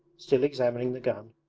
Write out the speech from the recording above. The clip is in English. still examining the gun,